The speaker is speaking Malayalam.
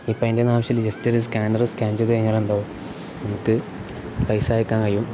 ഇപ്പം അതിന്റെ ഒന്നും ആവശ്യമില്ല ജെസ്റ്റ് ഒരു സ്കാനറ് സ്കാൻ ചെയ്ത് കഴിഞ്ഞാൽ ഉണ്ടാകും എന്നിട്ട് പൈസ അയയ്ക്കാൻ കഴിയും